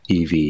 EV